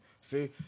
See